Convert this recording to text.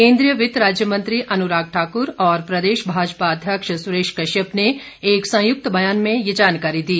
केन्द्रीय वित्त राज्य मंत्री अनुराग ठाकुर और प्रदेश भाजपा अध्यक्ष सुरेश कश्यप ने एक संयुक्त बयान में ये जानकारी दी